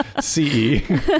c-e